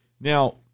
Now